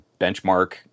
benchmark